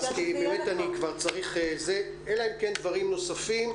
אני כבר צריך לסיים,